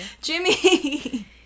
Jimmy